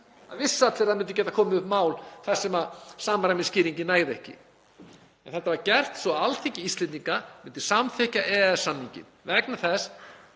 Það vissu allir að það myndi geta komið upp mál þar sem samræmisskýringin nægði ekki en þetta var gert svo að Alþingi Íslendinga myndi samþykkja EES-samninginn